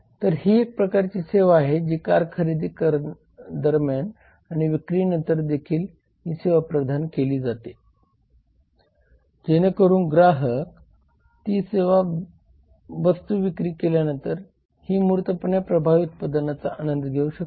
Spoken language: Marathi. तर ही एक प्रकारची सेवा आहे जी कार खरेदी दरम्यान आणि विक्री नंतर देखील ही सेवा प्रदान केली जाते जेणेकरून ग्राहक ती वस्तू विक्री केल्यानंतर ही मूर्त प्रभावी उत्पादनाचा आनंद घेऊ शकतील